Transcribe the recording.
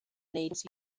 need